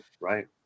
Right